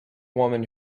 woman